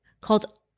called